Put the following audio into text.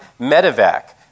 medevac